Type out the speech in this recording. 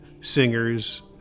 singers